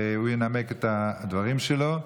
והוא ינמק את הדברים שלו.